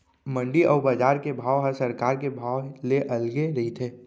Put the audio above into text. मंडी अउ बजार के भाव ह सरकार के भाव ले अलगे रहिथे